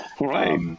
Right